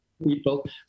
People